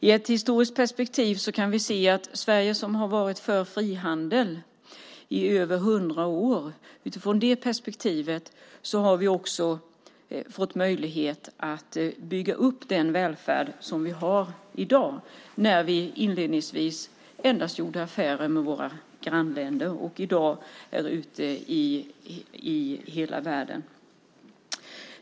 I ett historiskt perspektiv kan vi se att Sverige, som har varit för frihandel i över hundra år, genom detta har fått möjlighet att bygga upp den välfärd som vi har i dag. Inledningsvis gjorde vi endast affärer med våra grannländer, och i dag är vi ute i hela världen.